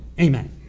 Amen